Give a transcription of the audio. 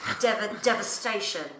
Devastation